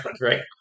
right